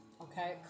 okay